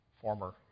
former